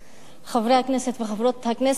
חברי הכנסת וחברות הכנסת,